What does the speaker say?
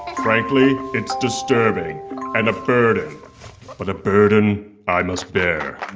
frankly, it's disturbing and a burden but a burden i must bear